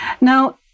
Now